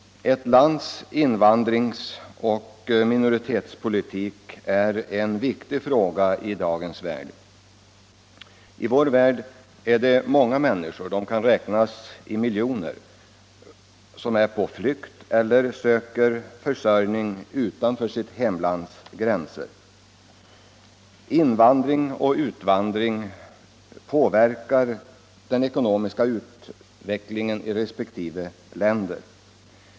Ett lands invandringsoch minoritetspolitik är en viktig fråga i dagens värld. Många människor — de kan räknas i miljoner — är på flykt eller söker försörjning utanför sitt hemlands gränser. Invandring och utvandring påverkar den ekonomiska utvecklingen i resp. länder.